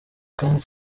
kandi